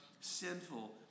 sinful